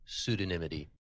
pseudonymity